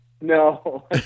No